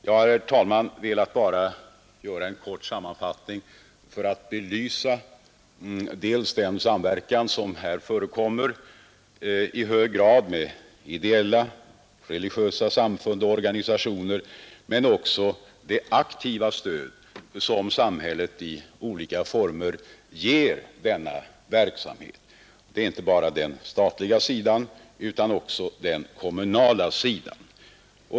Jag har, herr talman, bara velat göra en kort sammanfattning för att belysa dels den samverkan som här förekommer med ideella och religiösa samfund och organisationer, dels det aktiva stöd som samhället i olika former ger verksamheten. Det gäller inte bara den statliga sidan utan också den kommunala sidan.